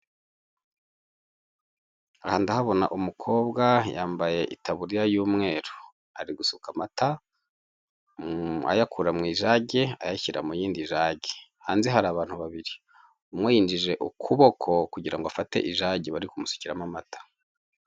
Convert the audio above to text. Aha ndahabona umukobwa yambaye itaburiya y'umweru ari gusuka amata ayakura mu ijage ayashyira mu iyindi jage. Hanze hari abantu babiri, umwe yinjije ukuboko kugira ngo afate ijage bari kumusukiramo amata.